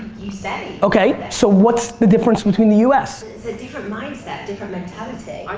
you say. okay. so what's the difference between the us? it's a different mindset. different mentality.